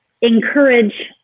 encourage